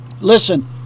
listen